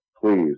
please